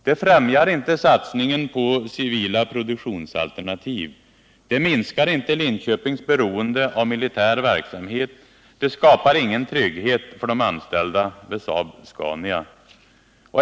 Det främjar inte satsningen på civila produktionsalternativ, det minskar inte Linköpings beroende av militär verksamhet, det skapar ingen trygghet för de anställda vid Saab-Scania.